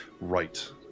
Right